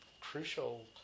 crucial